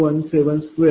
41729